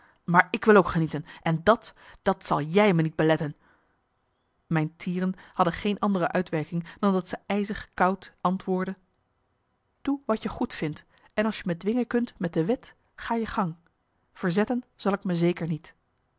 maar ik wil ook genieten en dat dat zal jij me niet beletten mijn tieren hadden geen andere uitwerking dan dat ze ijzig koud antwoordde doe wat je goed vindt en als je me dwingen kunt met de wet ga je gang verzetten zal ik me zeker niet